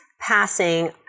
passing